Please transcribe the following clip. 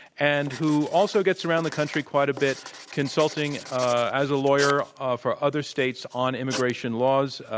and who also gets around the country quite a bit consulting as a lawyer ah for other states on immigration laws.